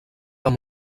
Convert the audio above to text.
amb